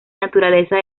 naturaleza